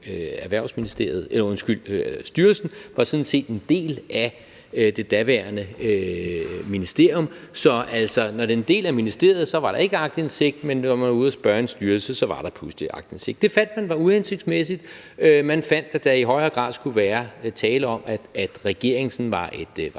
styrelsen sådan set en del af det daværende ministerium. Så den var en del af ministeriet, men når man var ude at spørge en styrelse, var der pludselig aktindsigt. Det fandt man ikke var hensigtsmæssigt. Man fandt, at der i højere grad skulle være tale om, at regeringen var et